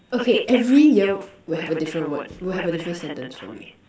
okay every year will have a different word will have a different sentence for me